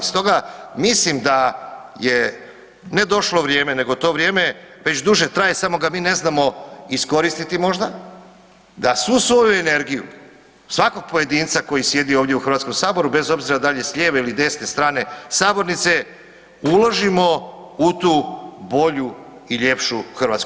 Stoga, mislim da je ne došlo vrijeme, nego to vrijeme već duže traje samo ga mi ne znamo iskoristiti možda da svu svoju energiju, svakog pojedinca koji sjedi ovdje u HS-u bez obzira da li je s lijeve ili desne strane sabornice uložimo u tu bolju i ljepšu Hrvatsku.